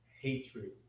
hatred